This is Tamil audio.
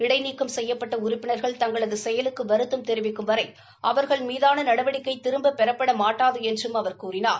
இடைநீக்கம் செய்யப்பட்ட உறுப்பினர்கள் தங்களது செயலுக்கு வருத்தம் தெரிவிக்கும் வரை அவர்கள் மீதான நடவடிக்கை திரும்ப்பபெறப்பட மாட்டாது என்றும் அவர் கூறினார்